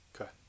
okay